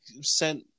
sent